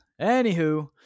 Anywho